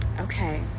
okay